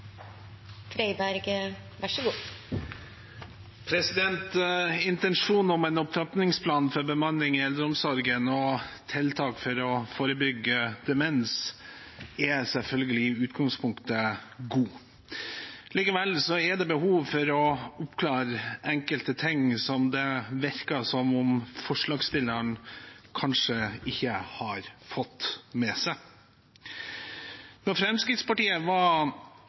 om en opptrappingsplan for bemanning i eldreomsorgen og tiltak for å forebygge demens er selvfølgelig i utgangspunktet god. Likevel er det behov for å oppklare enkelte ting som det virker som om forslagsstillerne kanskje ikke har fått med seg. Da Fremskrittspartiet var